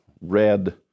red